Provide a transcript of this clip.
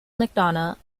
mcdonough